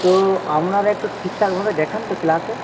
তো আপনারা একটু ঠিকঠাকভাবে দেখান তো ক্লাসে